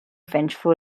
vengeful